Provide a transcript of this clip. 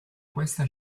questa